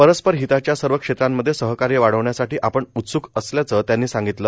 परस्पर हिताच्या सर्व क्षेत्रांमधे सहकार्य वाढवण्यासाठी आपण उत्सूक असल्याचं त्यांनी सांगितलं